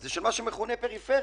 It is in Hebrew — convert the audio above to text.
של מה שמכונה פריפריה.